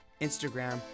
Instagram